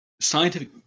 scientific